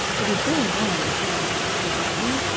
it is very long and sharp would that do?